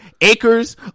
acres